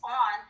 on